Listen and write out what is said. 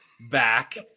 back